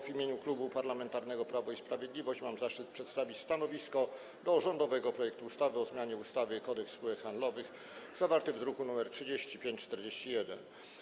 W imieniu Klubu Parlamentarnego Prawo i Sprawiedliwość mam zaszczyt przedstawić stanowisko wobec rządowego projektu ustawy o zmianie ustawy Kodeks spółek handlowych, zawartego w druku nr 3541.